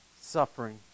suffering